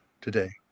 today